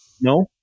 no